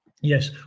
Yes